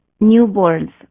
Newborns